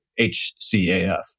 HCAF